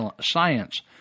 science